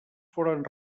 foren